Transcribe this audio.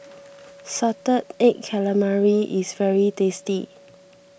Salted Egg Calamari is very tasty